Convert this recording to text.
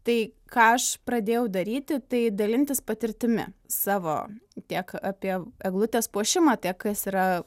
tai ką aš pradėjau daryti tai dalintis patirtimi savo tiek apie eglutės puošimą tiek kas yra